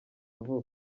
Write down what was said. vuba